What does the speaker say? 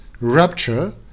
rupture